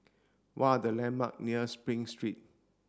what are the landmark near Spring Street